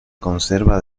conserva